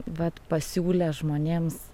vat pasiūlė žmonėms